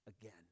again